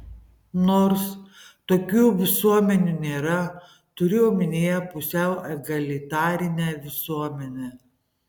nors tokių visuomenių nėra turiu omenyje pusiau egalitarinę visuomenę